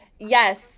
Yes